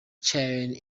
cheyenne